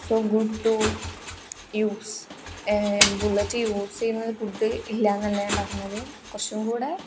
so good to use bullet use ചെയ്യുന്നത് good ഇല്ല എന്നല്ല ഞാൻ പറഞ്ഞത് കുറച്ചുംകൂടെ